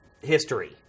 history